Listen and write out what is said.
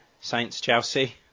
Saints-Chelsea